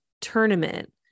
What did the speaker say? tournament